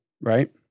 right